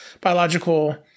biological